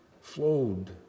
flowed